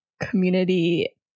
community